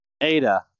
Ada